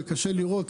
קשה לראות